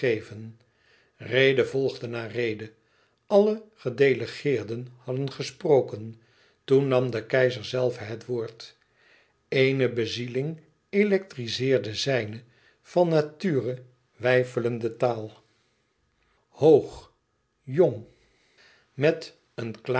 rede volgde na rede alle gedelegeerden hadden gesproken toen nam de keizer zelve het woord eene bezieling electrizeerde zijne van nature weifelende taal hoog jong met een